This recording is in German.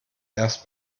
erst